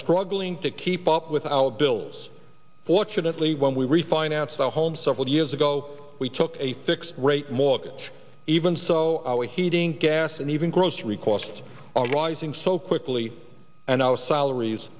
struggling to keep up with our bills fortunately when we refinanced the home several years ago we took a fixed rate mortgage even so our heating gas and even grocery costs are rising so quickly and our salaries